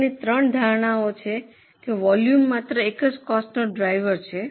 આગળની ત્રણ ધારણાઓ છે કે વોલ્યુમ માત્ર એક જ કોસ્ટનો ડ્રાઈવર છે